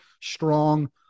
strong